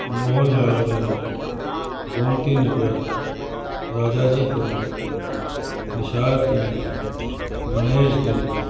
Mohanlal Ganj Gomti Nagar Rajajipuram Nishatganj Ganesh Ganj